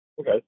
Okay